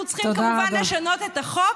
אנחנו צריכים, כמובן, לשנות את החוק,